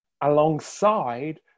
alongside